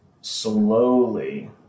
slowly